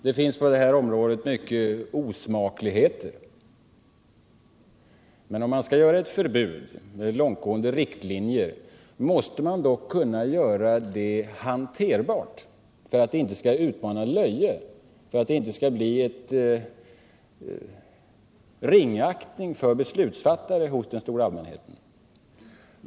Det finns på det här leksaksområdet många osmakligheter, men om man skall införa ett förbud eller långtgående riktlinjer måste man kunna göra det hanterbart för att det inte skall utmana löjet, för att det inte skall medföra en ringaktning för beslutsfattare hos den stora allmänheten.